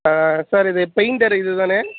ஆ sir இது painter இதுதானே